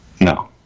No